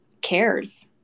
cares